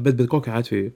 bet bet kokiu atveju